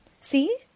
See